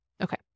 Okay